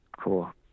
Cool